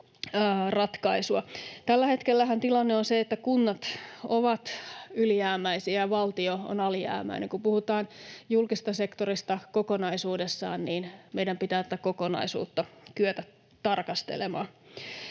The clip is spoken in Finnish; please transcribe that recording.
Tällä hetkellähän tilanne on se, että kunnat ovat ylijäämäisiä ja valtio on alijäämäinen. Kun puhutaan julkisesta sektorista kokonaisuudessaan, meidän pitää tätä kokonaisuutta kyetä tarkastelemaan.